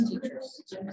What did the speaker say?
teachers